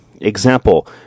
example